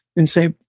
then say,